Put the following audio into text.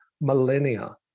millennia